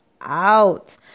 out